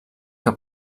que